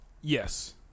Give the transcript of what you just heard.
Yes